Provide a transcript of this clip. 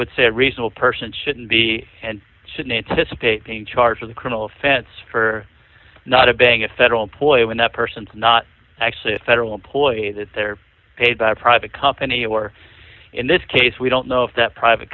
would say a reasonable person shouldn't be and should an anticipated name charge with a criminal offense for not obeying a federal employee when that person is not actually a federal employee that they're paid by a private company or in this case we don't know if that private